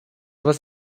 was